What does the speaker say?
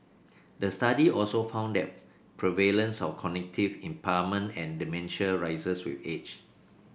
the study also found that prevalence of cognitive impairment and dementia rises with age